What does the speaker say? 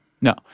No